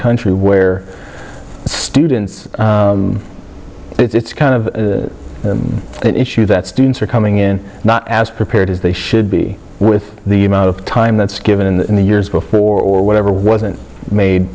country where students it's kind of an issue that students are coming in not as prepared as they should be with the amount of time that's given in the years before or whatever wasn't made